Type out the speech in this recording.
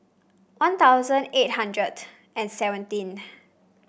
One Thousand One Hundred and eighty seventh